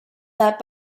that